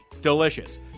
delicious